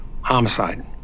homicide